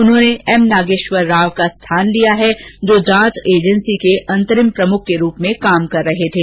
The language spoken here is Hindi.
उन्होंने एम नागेश्वर राव का स्थान लिया है जो जांच एजेंसी के अंतरिम प्रमुख के रूप में कार्य कर रहे थे